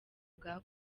bwa